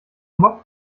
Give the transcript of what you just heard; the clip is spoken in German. mob